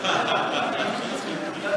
עשרה